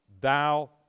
Thou